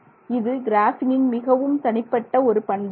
இது கிராஃபீனின் மிகவும் தனிப்பட்ட ஒரு பண்பாகும்